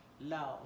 love